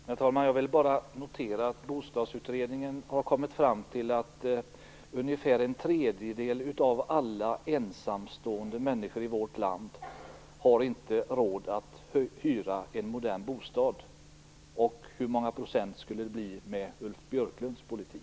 Herr talman! Jag vill bara notera att Bostadsutredningen har kommit fram till att ungefär en tredjedel av alla ensamstående människor i vårt land inte har råd att hyra en modern bostad. Hur många procent skulle det bli med Ulf Björklunds politik?